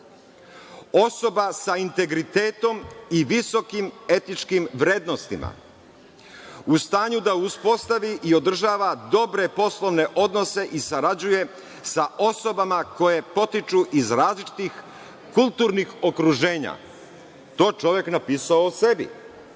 Osoba sa integritetom i visokim etičkim vrednostima, u stanju da uspostavi i održava dobre poslovne odnose i sarađuje sa osobama koje potiču iz različitih kulturnih okruženja. To čovek napisao o